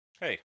Hey